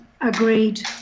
agreed